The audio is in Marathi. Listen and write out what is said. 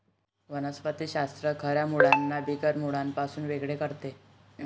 वनस्पति शास्त्र खऱ्या मुळांना बिगर मुळांपासून वेगळे करते